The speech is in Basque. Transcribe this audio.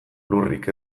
lurrik